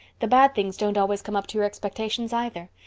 the bad things don't always come up to your expectations either.